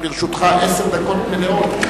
גם לרשותך עשר דקות מלאות.